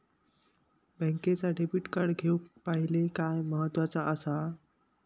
बँकेचा debit card घेउक पाहिले काय महत्वाचा असा?